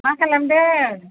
मा खालामदों